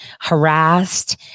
harassed